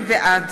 בעד